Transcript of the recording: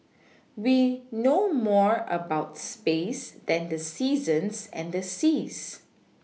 we know more about space than the seasons and the seas